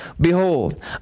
behold